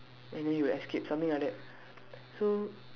and then he will escape something like that so